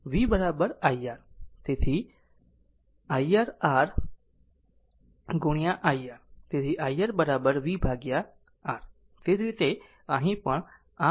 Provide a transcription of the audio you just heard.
તો v ir તેથી ir R ir તેથી iR v R એ જ રીતે અહીં પણ R ic c dv dt